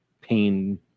pain